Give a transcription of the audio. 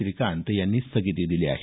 श्रीकांत यांनी स्थगिती दिली आहे